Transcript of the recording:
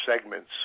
segments